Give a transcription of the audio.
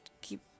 keep